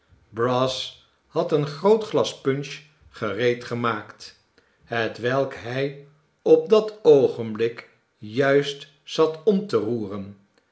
brass had een groot glas punch gereedgemaakt hetwelk hij op dat oogenblik juist zat om te roeren